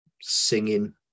singing